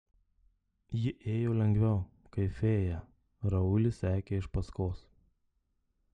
ji ėjo lengviau kaip fėja raulis sekė iš paskos